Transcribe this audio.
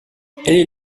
est